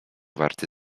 warty